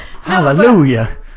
hallelujah